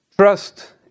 trust